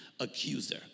Accuser